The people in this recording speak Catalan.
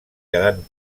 quedant